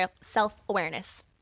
self-awareness